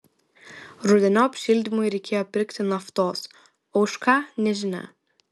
rudeniop šildymui reikėjo pirkti naftos o už ką nežinia